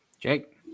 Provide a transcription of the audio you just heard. jake